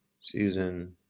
season